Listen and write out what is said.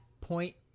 point